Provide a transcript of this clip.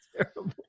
terrible